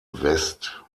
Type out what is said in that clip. west